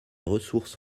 ressources